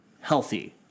healthy